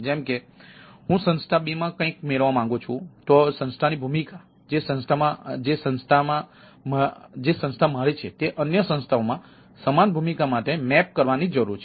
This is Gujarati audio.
જેમ કે જો હું સંસ્થા B માં કંઈક મેળવવા માંગું છું તો સંસ્થાની ભૂમિકા જે સંસ્થામાં મારી છે તે અન્ય સંસ્થાઓમાં સમાન ભૂમિકા માટે મેપ કરવાનીની જરૂર છે